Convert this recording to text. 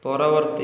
ପରବର୍ତ୍ତୀ